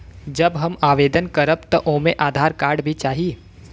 जब हम आवेदन करब त ओमे आधार कार्ड भी चाही?